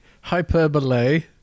hyperbole